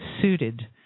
suited